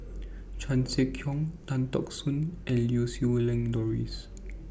Chan Sek Keong Tan Teck Soon and Lau Siew Lang Doris